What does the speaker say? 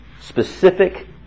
specific